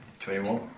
twenty-one